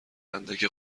اندک